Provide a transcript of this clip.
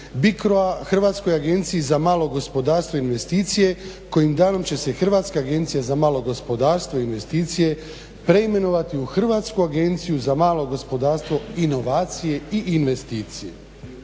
BICRO-a Hrvatskoj agenciji za malo gospodarstvo i investicije kojim danom će se Hrvatska agencija za malo gospodarstvo i investicije preimenovati u Hrvatsku agenciju za malo gospodarstvo, inovacije i investicije.